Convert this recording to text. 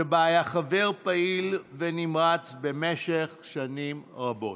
שבה היה חבר פעיל ונמרץ במשך שנים רבות.